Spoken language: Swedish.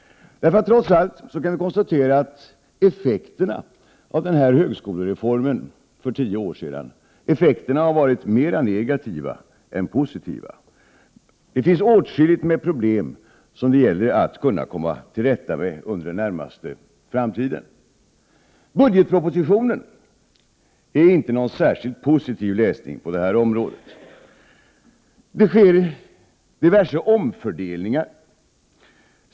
Trots allt kan vi konstatera att effekterna av den högskolereform som genomfördes för tio år sen har varit mer negativa än positiva. Det finns åtskilligt med problem som man har att komma till rätta med under den närmaste framtiden. Budgetpropositionen är inte någon särskilt positiv läsning när det gäller detta område. Det sker diverse omfördelningar.